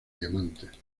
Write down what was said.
diamantes